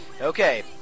Okay